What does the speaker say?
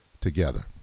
together